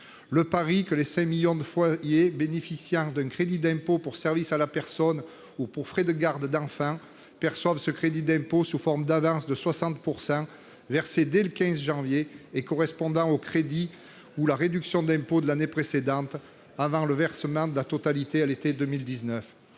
Le pari que les cinq millions de foyers bénéficiant d'un crédit d'impôt pour service à la personne ou pour frais de garde d'enfant percevraient ce crédit d'impôt sous forme d'avance de 60 % versée dès le 15 janvier et correspondant au crédit ou à la réduction d'impôt de l'année précédente, avant le versement de la totalité à l'été 2019.